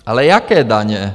Ale jaké daně?